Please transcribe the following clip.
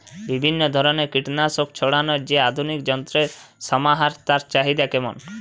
বিভিন্ন ধরনের কীটনাশক ছড়ানোর যে আধুনিক যন্ত্রের সমাহার তার চাহিদা কেমন?